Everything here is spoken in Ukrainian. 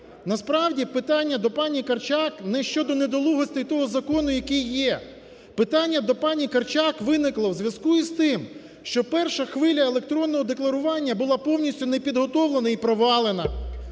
Насправді питання до пані Корчак не щодо недолугості того закону, який є. Питання до пані Корчак виникло у зв'язку із тим, що перша хвиля електронного декларування була повністю не підготовлена і провалена.